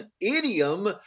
idiom